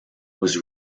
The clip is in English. was